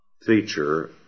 feature